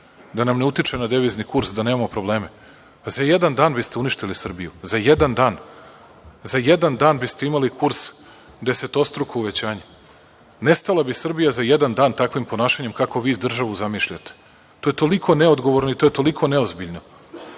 da nam ne utiče na devizni kurs, da nemamo probleme? Za jedan dan biste uništili Srbiju. Za jedan dan biste imali desetostruko uvećanje kursa. Nestala bi Srbija za jedan dan takvim ponašanjem, kako vi državu zamišljate. To je toliko neodgovorno i toliko neozbiljno